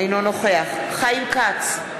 אינו נוכח חיים כץ,